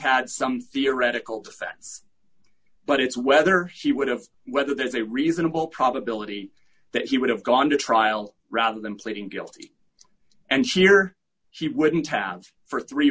had some theoretical defense but it's whether she would have whether there is a reasonable probability that he would have gone to trial rather than pleading guilty and sheer she wouldn't have for three